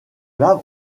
lave